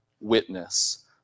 witness